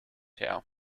her